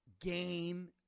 game